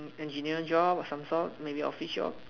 engineer degree some sort maybe office job